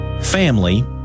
family